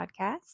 Podcast